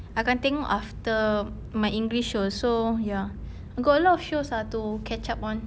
akan tengok after my english shows so ya I got a lot of shows ah to catch up on